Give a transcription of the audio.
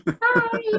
Hi